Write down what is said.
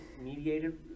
mediated